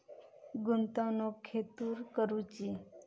गुंतवणुक खेतुर करूची?